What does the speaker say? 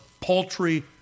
paltry